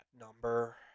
number